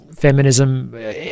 Feminism